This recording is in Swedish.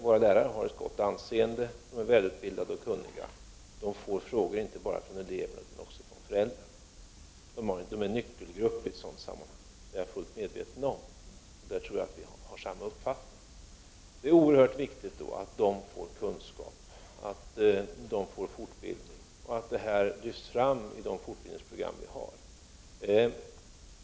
Våra lärare har ett gott anseende, de är välutbildade och kunniga; de får frågor inte bara från eleverna utan också från föräldrarna. De är en nyckelgrupp i sådana sammanhang — det är jag fullt medveten om. På den punkten tror jag att vi har samma uppfattning. Det är då oerhört viktigt att de får kunskap och fortbildning, och att det här lyfts fram i de fortbildningsprogram vi har.